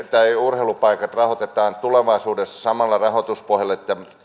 tai urheilupaikat rahoitetaan tulevaisuudessa samalla rahoituspohjalla että